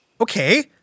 Okay